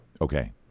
Okay